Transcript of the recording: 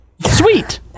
Sweet